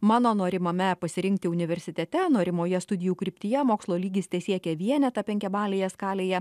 mano norimame pasirinkti universitete norimoje studijų kryptyje mokslo lygis tesiekia vienetą penkiabalėje skalėje